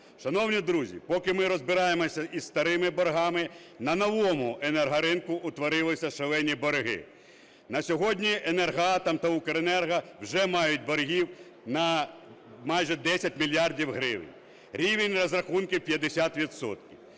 Шановні друзі, поки ми розбираємося із старими боргами, на новому енергоринку утворилися шалені борги. На сьогодні "Енергоатом" та "Укренерго" вже мають боргів на майже десять мільярдів гривень. Рівень розрахунків